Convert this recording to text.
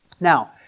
Now